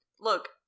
Look